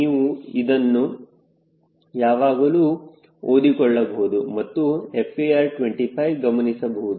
ನೀವು ಅದನ್ನು ಯಾವಾಗಲೂ ಓದಿಕೊಳ್ಳಬಹುದು ಮತ್ತು FAR25 ಗಮನಿಸಬಹುದು